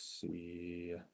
see